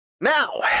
now